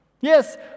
Yes